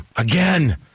again